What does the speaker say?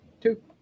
two